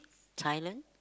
Thailand